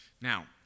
Now